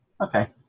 Okay